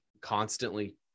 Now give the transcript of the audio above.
constantly